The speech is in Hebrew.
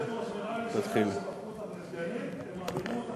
מעבידים אותך יותר מאשר את הגברים.